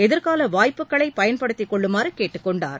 எதிா்கால வாய்ப்புகளை பயன்படுத்திக் கொள்ளுமாறு கேட்டுக்கொண்டார்